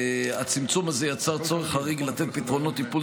הצמצום הזה יצר צורך חריג לתת פתרונות טיפול